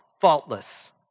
faultless